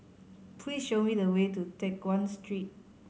please show me the way to Teck Guan Street